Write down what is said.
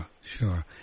sure